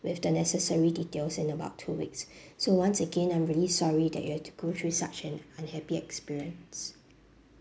with the necessary details in about two weeks so once again I'm really sorry that you had to go through such an unhappy experience